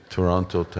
Toronto